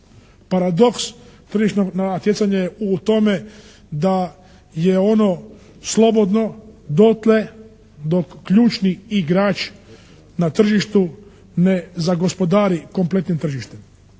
Paradoks tržišnog natjecanja je u tome da je ono slobodno dokle, dok ključni igrač na tržištu ne zagospodari kompletnim tržištem